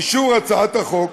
אישור הצעת החוק